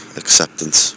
acceptance